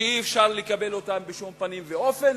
שאי-אפשר לקבל אותם בשום פנים ואופן.